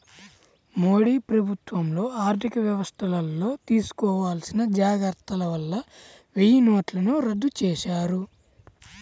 మోదీ ప్రభుత్వంలో ఆర్ధికవ్యవస్థల్లో తీసుకోవాల్సిన జాగర్తల వల్ల వెయ్యినోట్లను రద్దు చేశారు